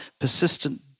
persistent